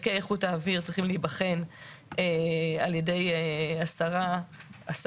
ערכי איכות האוויר צריכים להיבחן על ידי השר או